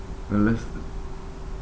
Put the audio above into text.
unless